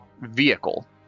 vehicle